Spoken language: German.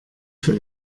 für